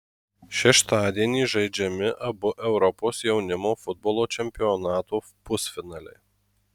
šeštadienį žaidžiami abu europos jaunimo futbolo čempionato pusfinaliai